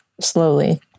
slowly